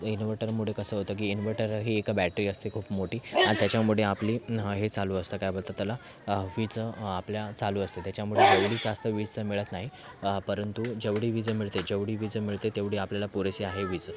ते इनवर्टरमुळे कसं होते की इनवर्टर ही एक बॅटरी असते खूप मोठी आणि त्याच्यामुळे आपली हे चालू असतं काय बोलतात त्याला वीज आपल्या चालू असते त्याच्यामुळे एवढी जास्त वीज तर मिळत नाही परंतु जेवढी वीज मिळते जेवढी वीज मिळते तेवढी आपल्याला पुरेशी आहे वीज